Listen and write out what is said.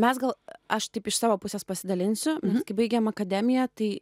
mes gal aš taip iš savo pusės pasidalinsiu kai baigėm akademiją tai